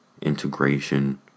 Integration